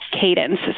cadence